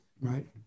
right